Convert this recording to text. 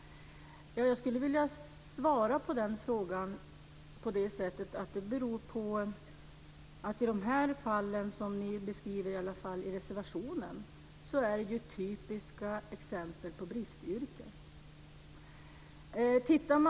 Jag skulle vilja svara på frågan på det sättet att de fall som ni beskriver i reservationen är typiska exempel på bristyrken.